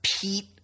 Pete